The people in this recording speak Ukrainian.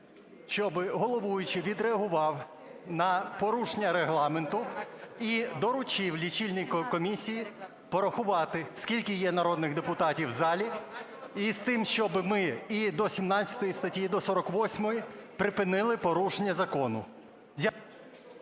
щоби головуючий відреагував на порушення Регламенту і доручив Лічильній комісії порахувати, скільки є народних депутатів в залі, із тим, щоби ми і до 17 статті, і до 48-ї припинили порушення закону.